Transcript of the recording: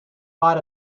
thought